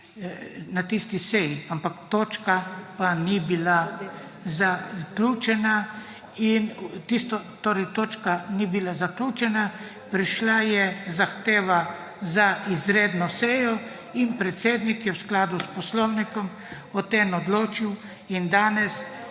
In torej točka ni bila zaključena, prišla je zahteva za izredno sejo in predsednik je v skladu s poslovnikom o tem odločil. In danes